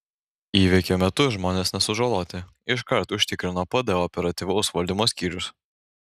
įvykio metu žmonės nesužaloti iškart užtikrino pd operatyvaus valdymo skyrius